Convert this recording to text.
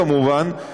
כמובן,